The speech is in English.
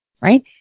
Right